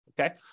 okay